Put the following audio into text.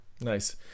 Nice